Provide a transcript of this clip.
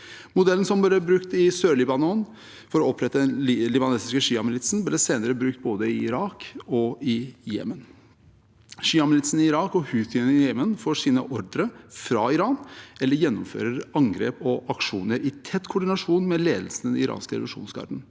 Modellen som ble brukt i Sør-Libanon for å opprette den libanesiske sjiamilitsen, ble senere brukt både i Irak og i Jemen. Sjiamilitsene i Irak og houthiene i Jemen får sine ordre fra Iran, eller gjennomfører angrep og aksjoner i tett koordinasjon med ledelsen i den iranske revolusjonsgarden.